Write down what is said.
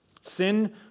Sin